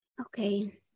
okay